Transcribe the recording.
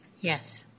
Yes